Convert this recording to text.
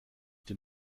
den